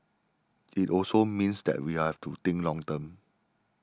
it also means that we have to think long term